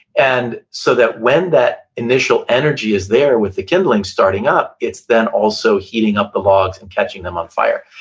and so that when that initial energy is there with the kindling, starting up, it's then also heating up the logs, and catching them on fire.